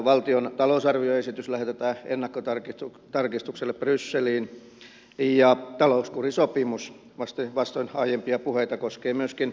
valtion talousarvioesitys lähetetään ennakkotarkistukselle brysseliin ja talouskurisopimus vastoin aiempia puheita koskee myöskin suomea